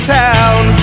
town